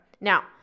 now